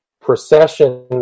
procession